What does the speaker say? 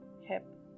hip